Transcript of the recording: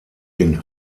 den